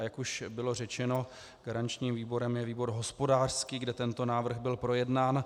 Jak už bylo řečeno, garančním výborem je výbor hospodářský, kde tento návrh byl projednán.